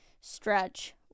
stretch